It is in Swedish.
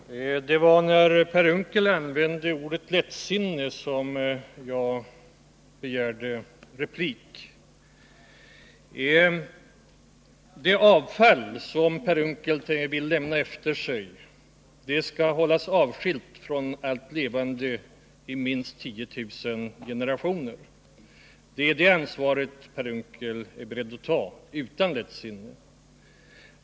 Herr talman! Det var när Per Unckel använde ordet ”lättsinne” som jag begärde replik. Det kärnkraftsavfall som Per Unckel vill att vi skall lämna efter oss skall hållas avskilt från allt levande under minst 10 000 generationer, och ansvaret för det är Per Unckel beredd att ta — utan att kalla det lättsinne.